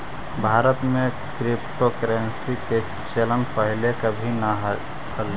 भारत में क्रिप्टोकरेंसी के चलन पहिले कभी न हलई